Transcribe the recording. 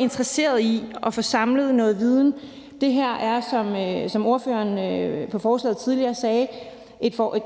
interesseret i at få samlet noget viden. Det her er, som ordføreren for forslagsstillerne tidligere sagde,